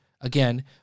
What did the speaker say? Again